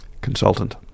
consultant